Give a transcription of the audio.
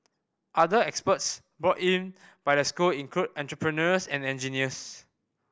other experts brought in by the school include entrepreneurs and engineers